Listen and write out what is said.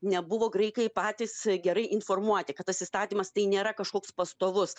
nebuvo graikai patys gerai informuoti kad tas įstatymas tai nėra kažkoks pastovus